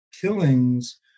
killings